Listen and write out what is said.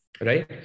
Right